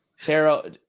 Tarot